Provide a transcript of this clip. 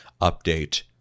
update